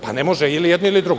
Pa ne može, ili jedno ili drugo.